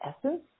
essence